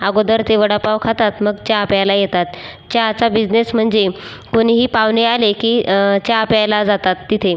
अगोदर ते वडापाव खातात मग चहा प्यायला येतात चहाचा बिझनेस म्हणजे कोणीही पाहुणे आले की चहा प्यायला जातात तिथे